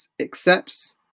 accepts